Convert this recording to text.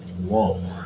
Whoa